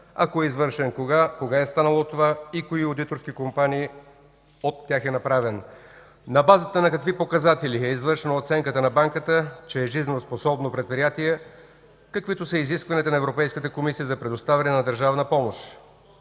Ако е извършен, кога е станало това и от кои одиторски компании е направен? На базата на какви показатели е извършена оценката на Банката, че е жизнеспособно предприятие, каквито са изискванията на Европейската комисия за предоставяне на държавна помощ?